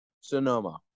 Sonoma